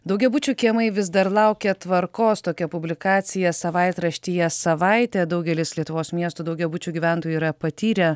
daugiabučių kiemai vis dar laukia tvarkos tokia publikacija savaitraštyje savaitę daugelis lietuvos miestų daugiabučių gyventojų yra patyrę